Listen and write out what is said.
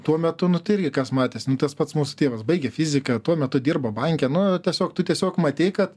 tuo metu nu tai irgi kas matėsi nu tas pats mūsų tėvas baigė fiziką tuo metu dirbo banke nu tiesiog tu tiesiog matei kad